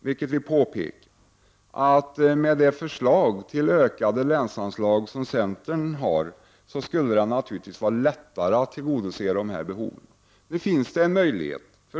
Med centerns förslag till ökade länsanslag — och detta har tidigare påpekats — skulle det naturligtvis vara enklare att tillgodose de behov som finns.